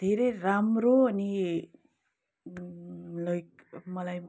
धेरै राम्रो अनि लाइक मलाई